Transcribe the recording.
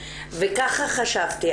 וככה חשבתי.